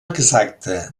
exacta